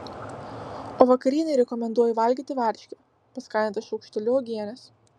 o vakarienei rekomenduoju valgyti varškę paskanintą šaukšteliu uogienės